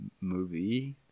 movie